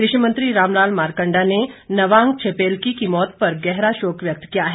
कृषि मंत्री रामलाल मारकंडा ने नवांग छेपेलकी की मौत पर गहरा शोक व्यक्त किया है